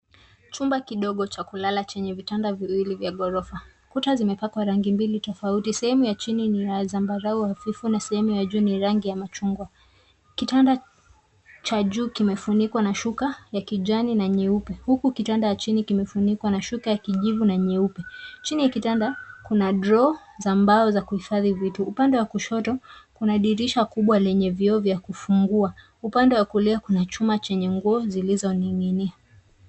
Chumba kidogo cha kulala chenye vitanda viwili vya ghorofa kuta zimepakwa rangi mbili tofauti sehemu ya chini ni ya zambarau hafifu na sehemu ya juu ni rangi ya machungwa, kitanda cha juu kimefunikwa na shuka ya kijani na nyeupe huku kitanda ya chini kimefunikwa na shuka ya kijivu na nyeupe, chini ya kitanda kuna draw za mbao za kuhifadhi vitu upande wa kushoto kuna dirisha kubwa lenye vioo vya kufungua upande wa kulia kwenye chumba chenye nguo zilizoning'inia.